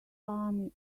army